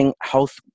health